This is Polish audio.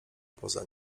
poza